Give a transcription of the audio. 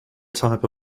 type